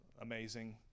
amazing